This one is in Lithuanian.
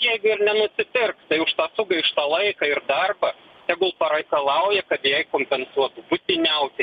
jeigu ir nenupirks tai už sugaištą laiką ir darbą tegul pareikalauja kad jai kompensuo būtiniausiai